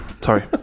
Sorry